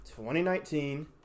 2019